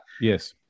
Yes